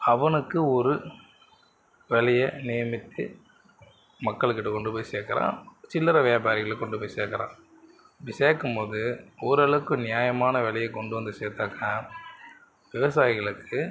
அவனுக்கு ஒரு விலைய நியமித்து மக்களுக்கிட்ட கொண்டு போய் சேர்க்குறான் சில்லறை வியாபாரிகளுக்கு கொண்டு போய் சேர்க்குறான் அப்படி சேர்க்கும்போது ஓரளவுக்கு நியாயமான விலைய கொண்டு வந்து சேர்த்தாக்கா விவசாயிகளுக்கு